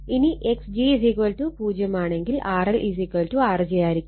ഇനി Xg 0 ആണെങ്കിൽ RL Rg ആയിരിക്കും